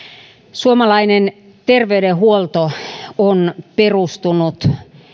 suomalainen terveydenhuolto on perustunut